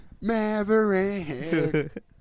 Maverick